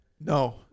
No